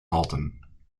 halton